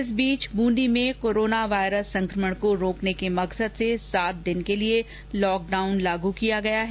इस बीच ब्रंदी में कोरोना वायरस संक्रमण को रोकने के मकसद से सात दिन के लिए लॉकडाउन किया गया है